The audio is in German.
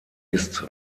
ist